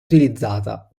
utilizzata